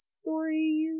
stories